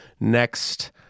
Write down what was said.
next